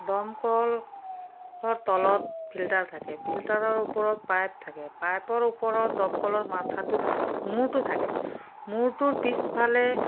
দমকলৰ তলত ফিল্টাৰ থাকে ফিল্টাৰৰ ওপৰত পাইপ থাকে পাইপৰ ওপৰত দমকলৰ মাথাটো থাকে মূৰটো থাকে মূৰটোৰ পিছফালে